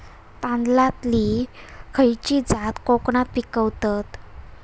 तांदलतली खयची जात कोकणात पिकवतत?